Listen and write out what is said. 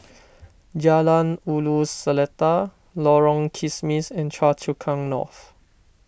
Jalan Ulu Seletar Lorong Kismis and Choa Chu Kang North